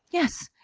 yes.